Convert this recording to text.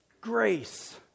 grace